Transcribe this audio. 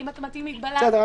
טוב.